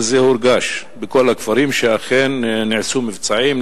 וזה הורגש בכל הכפרים שאכן נעשו מבצעים,